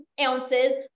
ounces